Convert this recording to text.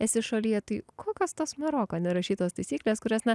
esi šalyje tai kokios tos maroko nerašytos taisyklės kurias na